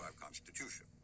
constitution